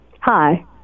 Hi